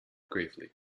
gravely